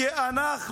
כי אנחנו